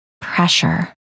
pressure